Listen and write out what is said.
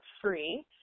free